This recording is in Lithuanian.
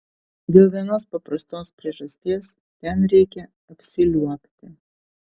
dėl vienos paprastos priežasties ten reikia apsiliuobti